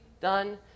done